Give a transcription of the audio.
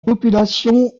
population